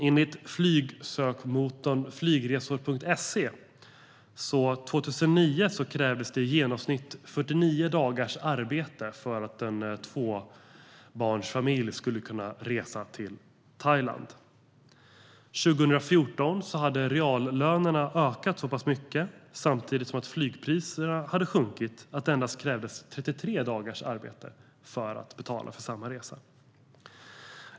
Enligt flygsökmotorn flygresor.se krävdes det 2009 i genomsnitt 49 dagars arbete för att en tvåbarnsfamilj ska kunna resa till Thailand. År 2014 hade reallönerna ökat så pass mycket samtidigt som flygpriserna hade sjunkit att det endast krävdes 33 dagars arbete för att betala för samma resa.